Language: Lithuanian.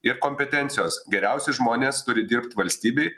ir kompetencijos geriausi žmonės turi dirbt valstybei